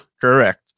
Correct